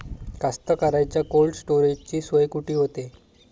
कास्तकाराइच्या कोल्ड स्टोरेजची सोय कुटी होते?